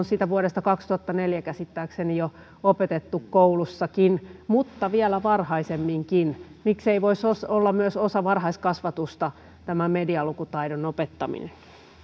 sitä vuodesta kaksituhattaneljä käsittääkseni jo opetettu koulussakin mutta vielä varhaisemminkin voisi miksei se voisi olla myös osa varhaiskasvatusta tämä medialukutaidon opettaminen